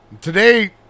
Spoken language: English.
Today